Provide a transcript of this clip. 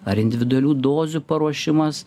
ar individualių dozių paruošimas